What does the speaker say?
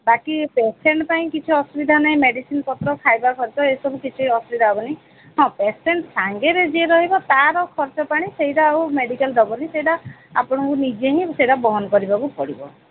ବାକି ପେସେଣ୍ଟ୍ ପାଇଁ କିଛି ଅସୁବିଧା ନାହିଁ ନାଇଁ ମେଡ଼ିସିନ୍ ପତ୍ର ଖାଇବା ଖର୍ଚ୍ଚ ଏଇ ସବୁ କିଛି ଅସୁବିଧା ହବନି ହଁ ପେସେଣ୍ଟ୍ ସାଙ୍ଗରେ ଯିଏ ରହିବ ତା'ର ଖର୍ଚ୍ଚ ପାଣି ସେଇଟା ଆଉ ମେଡ଼ିକାଲ୍ ଦବନି ସେଇଟା ଆପଣଙ୍କୁ ନିଜେ ହିଁ ସେଇଟା ବହନ କରିବାକୁ ପଡ଼ିବ